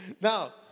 Now